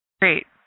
great